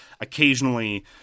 occasionally